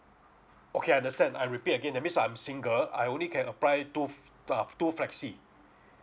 okay understand I repeat again that means I'm single I only can apply two uh two flexi